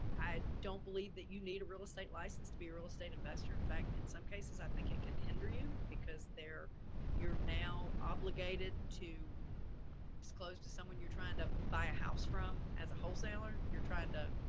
i don't believe that you need a real estate license to be a real estate investor. fact, in some cases i think it can hinder you because there you're now obligated to disclose to someone you're trying to buy a house from as a wholesaler. you're trying to,